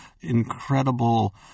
incredible